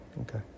Okay